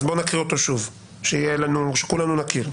אז נקריא אותו שוב כדי שכולנו נכיר: